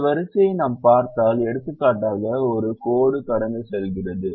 இந்த வரிசையை நாம் பார்த்தால் எடுத்துக்காட்டாக ஒரு கோடு கடந்து செல்கிறது